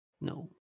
No